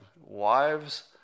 wives